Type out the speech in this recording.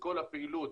וכל הפעילות